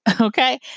okay